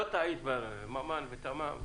לא טעית, ממן ותממ.